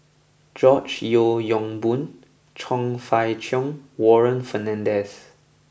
George Yeo Yong Boon Chong Fah Cheong Warren Fernandez